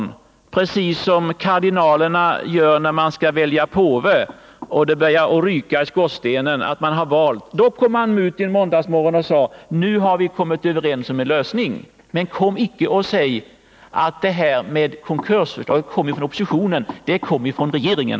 Det var precis som kardinalerna gör när de skall välja påve, och det börjar ryka ur skorstenen som tecken på att valet är gjort. Man kom alltså ut en måndagsmorgon och sade: Nu har vi kommit överens om en lösning. Men kom inte och säg att kravet på konkurs kom från oppositionen! Det kom från regeringen.